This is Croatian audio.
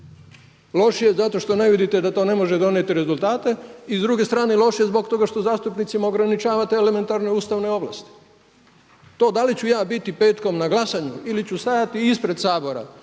Loš je zato što ne vidite da to ne može donijeti rezultate i s druge strane loš je zbog toga što zastupnicima ograničavate elementarne ustavne ovlasti. To da li ću ja biti petkom na glasanju ili ću stajati ispred Sabora